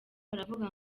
baravuga